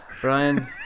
Brian